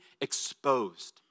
exposed